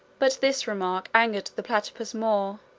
but this remark angered the platypus more,